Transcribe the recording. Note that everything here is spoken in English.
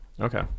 okay